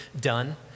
done